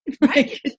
Right